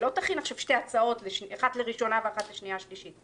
היא לא תכין עכשיו שתי הצעות אחת לראשונה ואחת לשנייה שלישית.